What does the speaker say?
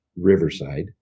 Riverside